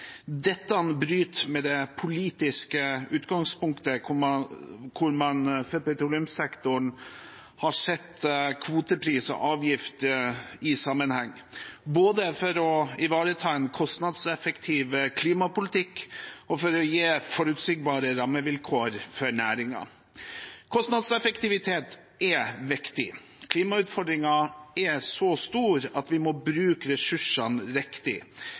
Dette bryter med det politiske utgangspunktet, hvor man for petroleumssektoren har sett kvotepris og avgift i sammenheng både for å ivareta en kostnadseffektiv klimapolitikk og for å gi forutsigbare rammevilkår for næringen. Kostnadseffektivitet er viktig. Klimautfordringene er så store at vi må bruke ressursene riktig,